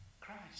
Christ